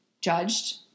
judged